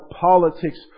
politics